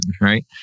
right